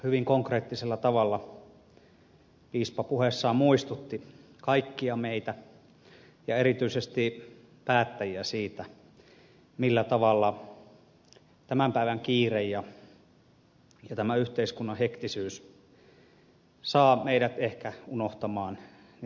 hyvin konkreettisella tavalla piispa puheessaan muistutti kaikkia meitä ja erityisesti päättäjiä siitä millä tavalla tämän päivän kiire ja tämä yhteiskunnan hektisyys saa meidät ehkä unohtamaan sen tärkeän tosiasian